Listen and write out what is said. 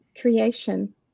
creation